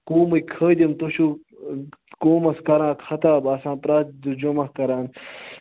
قومٕکۍ خٲدِم تُہۍ چھُو قومَس کَران ختاب آسان پرٛٮ۪تھ جُمعہ کَران